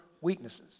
weaknesses